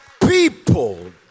people